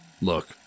Look